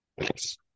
Yes